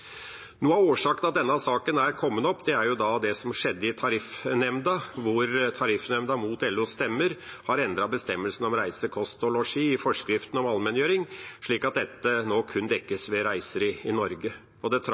Noe av årsaken til at denne saken har kommet opp, er det som skjedde i Tariffnemnda, hvor Tariffnemnda mot LOs stemmer har endret bestemmelsen om reise, kost og losji i forskriftene om allmenngjøring, slik at dette kun dekkes ved reiser i Norge. Det tragiske her er at regjeringa og